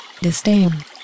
Disdain